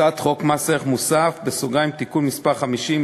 הצעת חוק מס ערך מוסף (תיקון מס' 50),